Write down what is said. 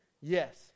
Yes